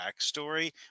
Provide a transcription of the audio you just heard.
backstory